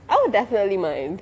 I would definitely mind